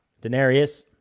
denarius